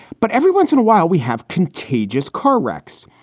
but every once in a while, we have contagious car wrecks.